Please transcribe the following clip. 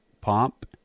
pomp